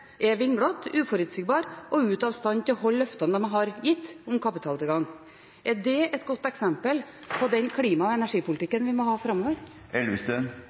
er vinglete, uforutsigbar og ute av stand til å holde løftene de har gitt om kapitaltilgang. Er det et godt eksempel på den klima- og energipolitikken vi må ha framover?